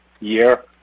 year